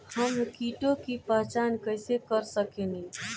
हम कीटों की पहचान कईसे कर सकेनी?